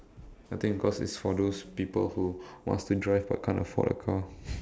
I think cause it's for those people who wants to drive but can't afford a car